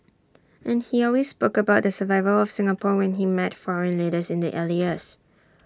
and he always spoke about the survival of Singapore when he met foreign leaders in the early years